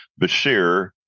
Bashir